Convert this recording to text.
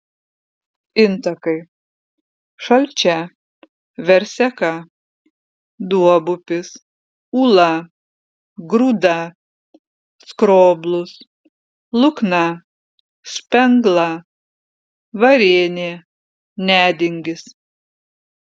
intakai šalčia verseka duobupis ūla grūda skroblus lukna spengla varėnė nedingis